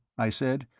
i said,